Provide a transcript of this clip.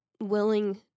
willing